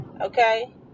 Okay